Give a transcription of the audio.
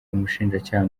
umushinjacyaha